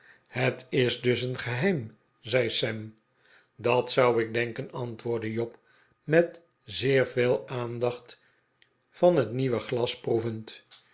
het is dus een geheim zei sam dat zou ik denken antwoordde job met zeer veel aandacht van het nieuwe glas